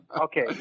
Okay